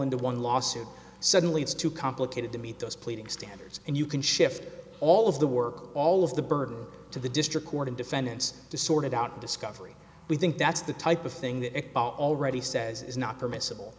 into one lawsuit suddenly it's too complicated to meet those pleading standards and you can shift all of the work all of the burden to the district court and defendants to sort it out discovery we think that's the type of thing that it already says is not permissible